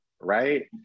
right